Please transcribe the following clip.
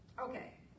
Okay